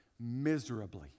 miserably